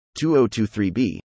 2023b